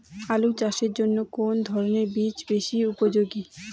আলু চাষের জন্য কোন ধরণের বীজ বেশি উপযোগী?